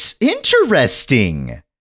Interesting